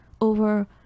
over